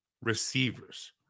receivers